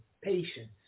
Patience